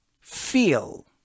feel